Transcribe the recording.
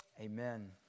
Amen